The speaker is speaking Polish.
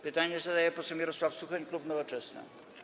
Pytanie zadaje poseł Mirosław Suchoń, klub Nowoczesna.